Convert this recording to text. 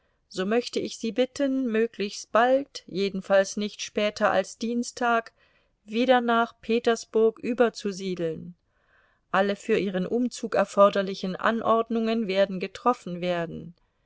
so möchte ich sie bitten möglichst bald jedenfalls nicht später als dienstag wieder nach petersburg überzusiedeln alle für ihren umzug erforderlichen anordnungen werden getroffen werden